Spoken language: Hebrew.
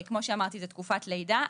כמו שאמרתי, זאת תקופת לידה.